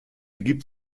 gibt